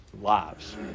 lives